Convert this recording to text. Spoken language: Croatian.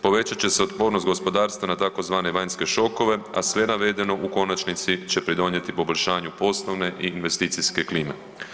Povećat će se otpornost gospodarstva na tzv. vanjske šokove, a sve navedeno u konačnici će pridonijeti poboljšanju poslovne i investicijske klime.